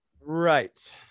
Right